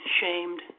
shamed